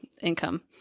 income